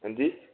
हां जी